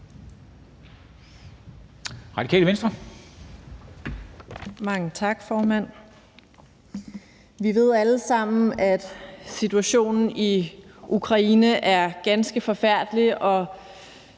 Vi ved alle sammen, at situationen i Ukraine er ganske forfærdelig,